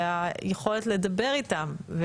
ואת היכולת לדבר איתם,